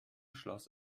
schloss